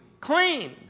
clean